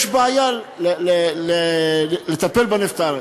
יש בעיה לטפל בנפטר.